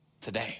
today